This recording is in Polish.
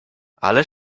ale